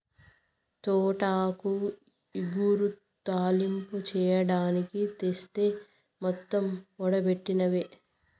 తోటాకు ఇగురు, తాలింపు చెయ్యడానికి తెస్తి మొత్తం ఓడబెట్టినవే